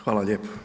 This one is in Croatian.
Hvala lijepo.